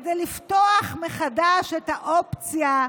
כדי לפתוח מחדש את האופציה,